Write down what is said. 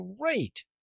great